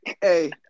Hey